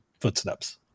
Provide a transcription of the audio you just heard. footsteps